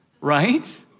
Right